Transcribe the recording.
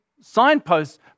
signposts